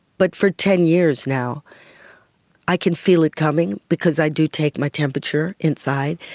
but for ten years now i can feel it coming because i do take my temperature inside,